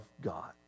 God